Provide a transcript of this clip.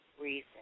reason